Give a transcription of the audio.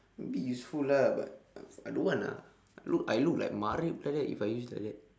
a bit useful lah but I don't want ah I look I look like matrep like that if I use like that